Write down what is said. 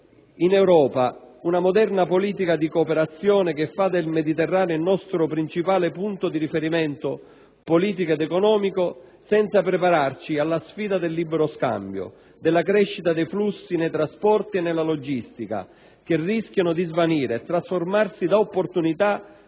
in Europa senza una moderna politica di cooperazione che faccia del Mediterraneo il nostro principale punto di riferimento politico ed economico, senza prepararci alla sfida del libero scambio, della crescita dei flussi nei trasporti e nella logistica, che rischiano di svanire e trasformarsi da opportunità